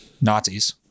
Nazis